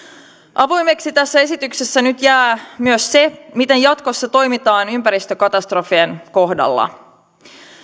avoimeksi tässä esityksessä nyt jää myös se miten jatkossa toimitaan ympäristökatastrofien kohdalla